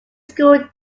school